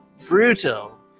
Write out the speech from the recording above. brutal